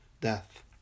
death